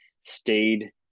stayed